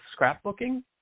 scrapbooking